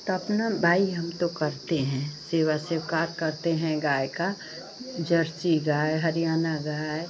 तो अपना बाई हम तो करते हैं सेवा सेवकार करते हैं गाय का जर्सी गाय हरियाणा गाय